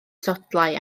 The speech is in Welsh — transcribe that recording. sodlau